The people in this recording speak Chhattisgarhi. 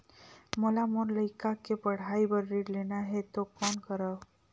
मोला मोर लइका के पढ़ाई बर ऋण लेना है तो कौन करव?